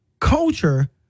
culture